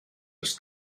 los